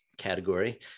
category